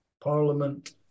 Parliament